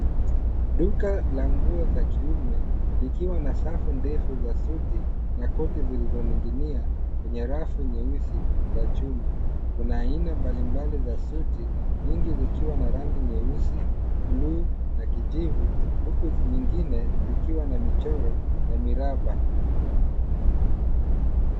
Duka la nguo za kiume likiwa na safu ndefu za suti na koti zilizoninginia kwenye rafu nyeusi za chuma. Kuna aina mbalimbali za suti nyingi zikiwa na rangi nyeusi, bluu na kijivu huku zingine zikiwa na michoro za miraba.